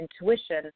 intuition